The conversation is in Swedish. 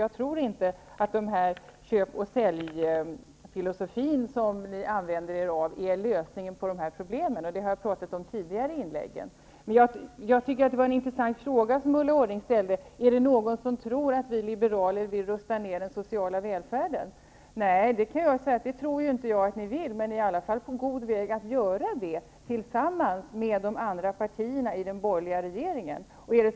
Jag tror inte att er köpoch säljfilosofi utgör någon lösning på problemen, något som jag har talat om i tidigare inlägg. Ulla Orring ställde en intressant fråga: Är det någon som tror att vi liberaler vill rusta ned den sociala välfärden? Jag kan säga att jag för min del inte tror att ni vill detta, men ni är i alla fall på god väg att göra det tillsammans med de andra partierna i den borgerliga regeringen.